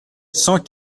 cent